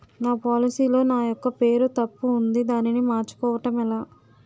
నా పోలసీ లో నా యెక్క పేరు తప్పు ఉంది దానిని మార్చు కోవటం ఎలా?